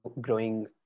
growing